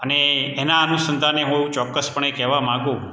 અને એના અનુસંધાને હું ચોક્કસપણે કહેવા માગું